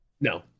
No